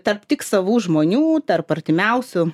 tarp tik savų žmonių tarp artimiausių